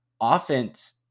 offense